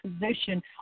position